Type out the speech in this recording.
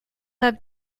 have